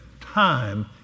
time